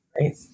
Right